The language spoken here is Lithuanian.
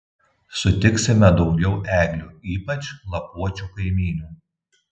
sutiksime daugiau eglių ypač lapuočių kaimynių